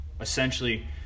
essentially